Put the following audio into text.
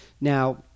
Now